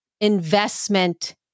investment